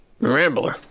Rambler